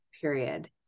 period